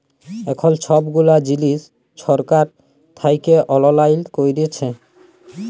এখল ছব গুলা জিলিস ছরকার থ্যাইকে অললাইল ক্যইরেছে